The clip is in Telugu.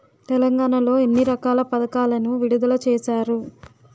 తెలంగాణ లో ఎన్ని రకాల పథకాలను విడుదల చేశారు? వాటిని పొందడం ఎలా?